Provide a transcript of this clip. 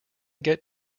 get